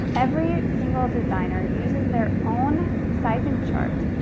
every single designer uses their own sizing chart,